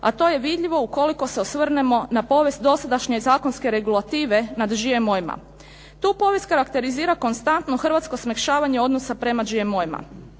a to je vidljivo ukoliko se osvrnemo na povijest dosadašnje zakonske regulative nad GMO-ima. Tu povijest karakterizira konstantno hrvatsko smekšavanje odnosa prema GMO-ima.